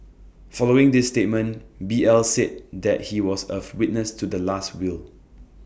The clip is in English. following this statement B L said that he was of witness to the Last Will